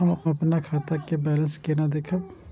हम अपन खाता के बैलेंस केना देखब?